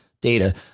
data